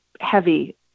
heavy